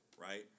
right